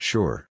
Sure